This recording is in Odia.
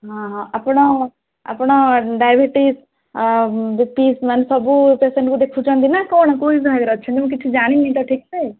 ହଁ ହଁ ଆପଣ ଆପଣ ଡାଇବେଟିସ୍ ବି ପି ମାନେ ସବୁ ପେସେଣ୍ଟ୍କୁ ଦେଖୁଛନ୍ତି ନା କ'ଣ କେଉଁ ବିଭାଗରେ ଅଛନ୍ତି ମୁଁ କିଛି ଜାଣିନି ତ ଠିକ୍ ସେ